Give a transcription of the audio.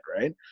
right